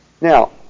Now